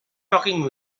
talking